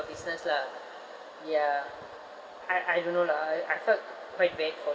business lah ya I I don't know lah I I felt quite bad for